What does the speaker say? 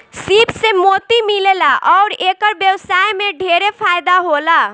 सीप से मोती मिलेला अउर एकर व्यवसाय में ढेरे फायदा होला